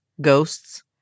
ghosts